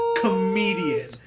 comedian